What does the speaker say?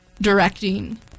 directing